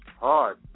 hard